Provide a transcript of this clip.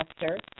master